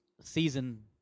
season